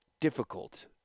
difficult